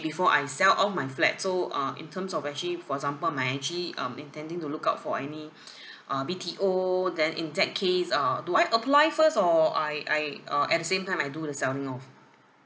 before I sell off my flat so uh in terms of actually for example I'm actually um intending to look out for any uh B_T_O then in that case uh do I apply first or I I uh at the same time I do the selling off